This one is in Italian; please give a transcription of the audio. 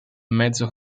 mezzo